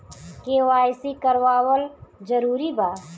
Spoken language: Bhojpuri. के.वाइ.सी करवावल जरूरी बा?